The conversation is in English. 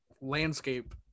landscape